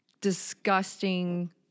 disgusting